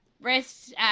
rest